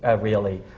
ah really.